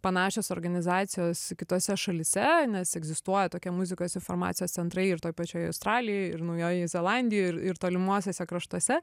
panašios organizacijos kitose šalyse nes egzistuoja tokie muzikos informacijos centrai ir toj pačioj australijoj ir naujojoj zelandijoj ir ir tolimuosiuose kraštuose